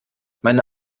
meine